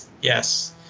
Yes